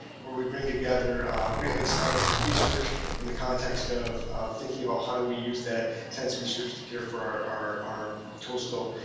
where we bring together great lakes science and research in the context of thinking about how do we use that science research to care for our our coastal,